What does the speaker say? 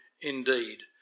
indeed